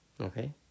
okay